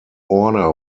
order